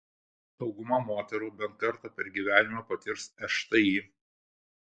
dauguma moterų bent kartą per gyvenimą patirs šti